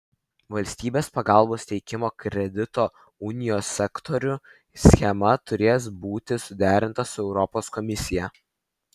valstybės pagalbos teikimo kredito unijų sektoriui schema turės būti suderinta su europos komisija